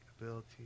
ability